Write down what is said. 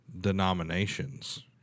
denominations